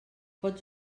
pots